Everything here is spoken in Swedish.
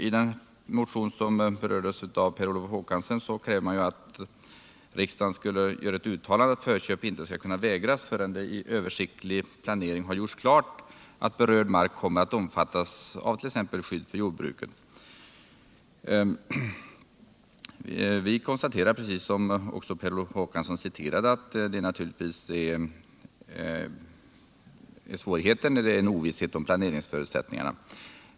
I den motion som berördes av Per Olof Håkansson krävs att riksdagen skall göra ett uttalande om att förköp inte skall kunna vägras, förrän det i översiktlig planering gjorts klart att berörd mark kommer att omfattas av t.ex. skydd för jordbruket. Vi konstaterar, precis som Per Olof Håkansson citerade, att det naturligtvis blir svårigheter vid ovisshet om planeringsförutsättningarna.